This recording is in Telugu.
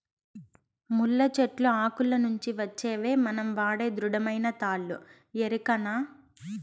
ముళ్ళ చెట్లు ఆకుల నుంచి వచ్చేవే మనం వాడే దృఢమైన తాళ్ళు ఎరికనా